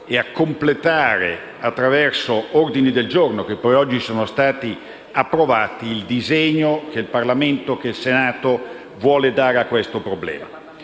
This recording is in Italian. e a completare, attraverso ordini del giorno che oggi sono stati accolti, il disegno che il Parlamento, il Senato, vuole dare a questo problema.